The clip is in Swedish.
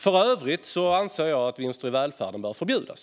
För övrigt anser jag att vinster i välfärden bör förbjudas.